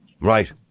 Right